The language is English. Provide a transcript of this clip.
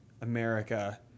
America